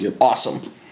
Awesome